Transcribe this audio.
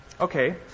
Okay